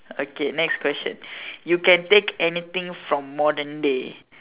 okay next question you can take anything from modern day